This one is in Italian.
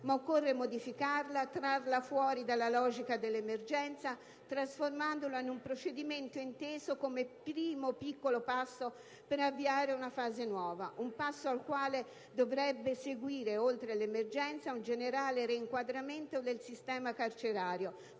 ma occorre modificarla, trarla fuori dalla logica dell'emergenza, trasformandola in un procedimento inteso come primo piccolo passo per avviare una fase nuova. Un passo al quale dovrebbe seguire, oltre l'emergenza, un generale reinquadramento del sistema carcerario,